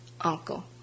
uncle